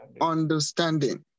understanding